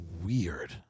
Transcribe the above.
weird